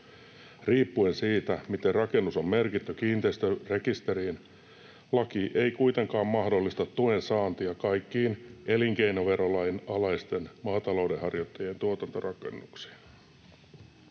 Riippuen siitä, miten rakennus on merkitty kiinteistörekisteriin, laki ei kuitenkaan mahdollista tuen saantia kaikkiin elinkeinoverolain alaisten maatalouden harjoittajien tuotantorakennuksiin.